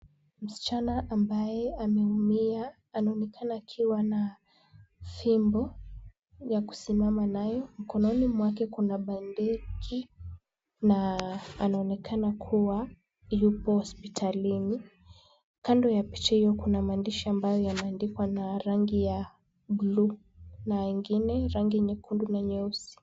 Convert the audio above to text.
Msichana ambaye ameumia, anaonekana akiwa na fimbo ya kusimama nayo. Mkononi mwake kuna bandeji na anaonekana kuwa yupo hospitalini. Kando ya picha hiyo, kuna maandishi ambayo yameandikwa na rangi ya buluu, na ingine rangi nyekundu na nyeusi.